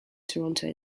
toronto